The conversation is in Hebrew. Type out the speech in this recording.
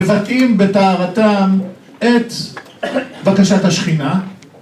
‫מבטאים בטהרתם את... ‫בקשת השכינה.